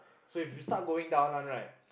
so if you start going down one right